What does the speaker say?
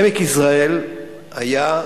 עמק יזרעאל היה,